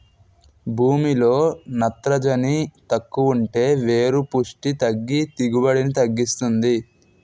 భూమిలో నత్రజని తక్కువుంటే వేరు పుస్టి తగ్గి దిగుబడిని తగ్గిస్తుంది